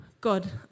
God